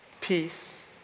Peace